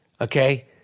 Okay